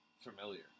familiar